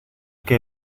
que